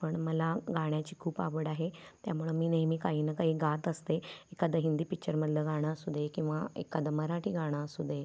पण मला गाण्याची खूप आवड आहे त्यामुळं मी नेहमी काही न काही गात असते एखादं हिंदी पिक्चरमधलं गाणं असू दे किंवा एखादं मराठी गाणं असू दे